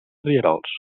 rierols